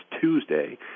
Tuesday